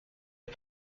les